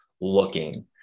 looking